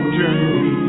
journey